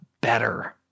better